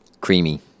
Creamy